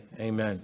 Amen